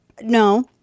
no